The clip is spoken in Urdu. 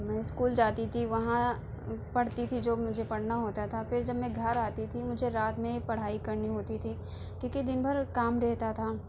میں اسکول جاتی تھی وہاں پڑھتی تھی جو مجھے پڑھنا ہوتا تھا پھر جب میں گھر آتی تھی مجھے رات میں پڑھائی کرنی ہوتی تھی کیوں کہ دن بھر کام رہتا تھا